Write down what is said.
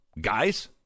guys